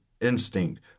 instinct